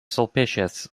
sulpicius